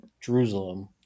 Jerusalem